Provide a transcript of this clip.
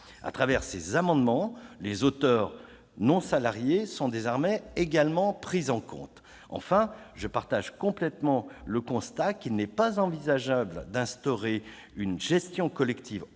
Au travers de ces amendements, les auteurs non salariés sont désormais également pris en compte. Enfin, je partage complètement le constat qu'il n'est pas envisageable d'instaurer une gestion collective obligatoire,